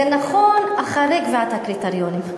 זה נכון אחרי קביעת הקריטריונים.